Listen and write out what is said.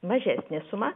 mažesnė suma